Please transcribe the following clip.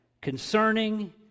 concerning